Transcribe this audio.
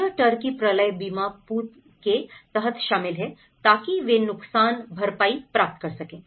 यह टर्की प्रलय बीमा पूल के तहत शामिल है ताकि वे नुकसान भरपाई प्राप्त कर सकें